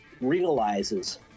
realizes